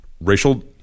racial